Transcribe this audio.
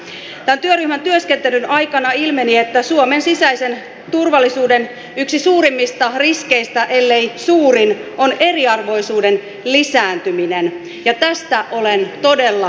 tämän työryhmän työskentelyn aikana ilmeni että suomen sisäisen turvallisuuden yksi suurimmista riskeistä ellei suurin on eriarvoisuuden lisääntyminen ja tästä olen todella huolissani